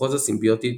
פסיכוזה סימביוטית